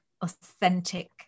authentic